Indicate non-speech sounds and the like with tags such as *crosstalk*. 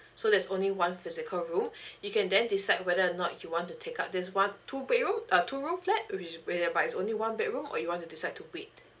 so there's only one physical room *breath* you can then decide whether or not you want to take up this one two bedroom uh two room flat which is whereby it's only one bedroom or you want to decide to wait